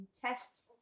test